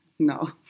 No